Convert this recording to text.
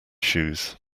shoes